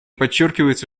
подчеркивается